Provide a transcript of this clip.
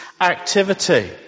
activity